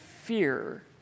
fear